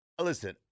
listen